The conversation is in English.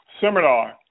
seminar